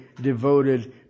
devoted